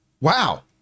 Wow